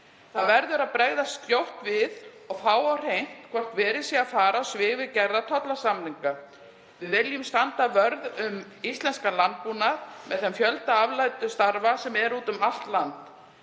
Það verður að bregðast skjótt við og fá á hreint hvort verið sé að fara á svig við gerða tollasamninga. Við viljum standa vörð um íslenskan landbúnað með þeim fjölda afleiddu starfa sem eru úti um allt land.